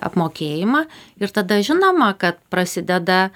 apmokėjimą ir tada žinoma kad prasideda